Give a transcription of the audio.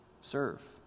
Serve